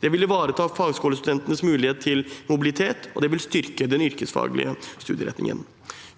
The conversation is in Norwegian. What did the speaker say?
Det vil ivareta fagskolestudentenes mulighet til mobilitet, og det vil styrke den yrkesfaglige studieretningen.